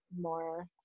more